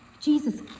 Jesus